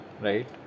right